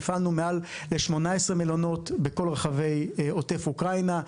הפעלנו מעל 18 מלונות בכל רחבי עוטף אוקראינה,